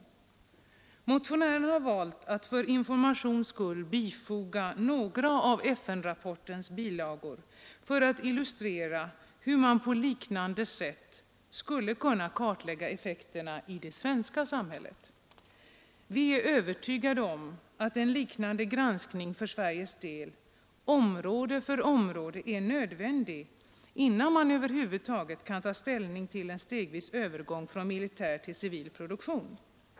Motionärerna har valt att för informations skull bifoga några av FN-rapportens bilagor för att illustrera hur man på liknande sätt skulle kunna kartlägga effekterna i det svenska samhället. Vi är övertygade om att en liknande granskning för Sveriges del område för område är nödvändig innan man över huvud taget kan ta ställning till en stegvis övergång från militär till civil produktion.